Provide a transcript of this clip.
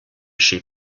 she